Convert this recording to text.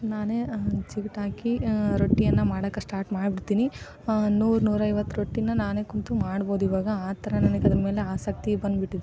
ನಾನೇ ಜಿಗ್ಟಿ ಹಾಕಿ ರೊಟ್ಟಿಯನ್ನು ಮಾಡೋಕೆ ಸ್ಟಾರ್ಟ್ ಮಾಡ್ಬಿಡ್ತೀನಿ ನೂರು ನೂರೈವತ್ತು ರೊಟ್ಟಿನ ನಾನೇ ಕೂತು ಮಾಡ್ಬೋದು ಇವಾಗ ಆ ಥರ ನನ್ಗೆ ಇದ್ರ ಮೇಲೆ ಆಸಕ್ತಿ ಬಂದ್ಬಿಟ್ಟಿದೆ